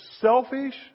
selfish